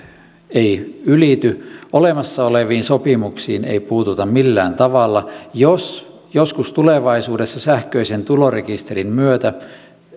ei ylity olemassa oleviin sopimuksiin ei puututa millään tavalla jos joskus tulevaisuudessa sähköisen tulorekisterin myötä